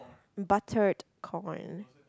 buttered corn